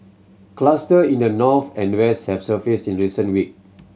cluster in the north and west have surfaced in recent week